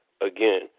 again